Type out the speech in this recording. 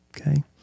Okay